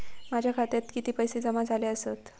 माझ्या खात्यात किती पैसे जमा झाले आसत?